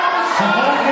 חצופה.